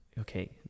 okay